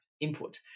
input